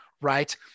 right